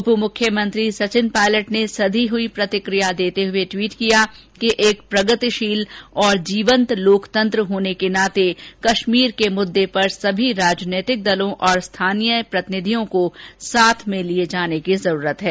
उपमुख्यमंत्री सचिन पायलट ने सधी हुई प्रतिक्रिया देते हुए ट्वीट किया कि एक प्रगतिशील और जीवंत लोकतंत्र होने के नाते कश्मीर के मुददे पर सभी राजनीतिक दलों और स्थानीय प्रतिनिधियों को साथ लिये जाने की जरूरत है